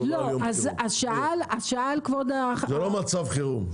זה לא מצב חירום.